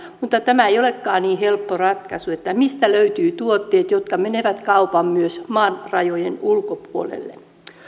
mutta tämä ei olekaan niin helppo ratkaisu mistä löytyvät tuotteet jotka menevät kaupan myös maan rajojen ulkopuolelle